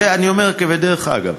את זה אני אומר כבדרך אגב.